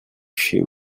she